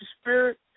spirit